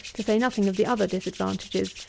to say nothing of the other disadvantages,